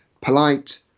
polite